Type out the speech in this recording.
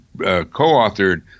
co-authored